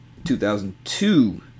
2002